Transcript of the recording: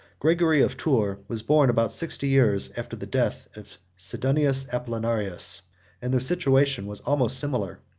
gregory of tours was born about sixty years after the death of sidonius apollinaris and their situation was almost similar,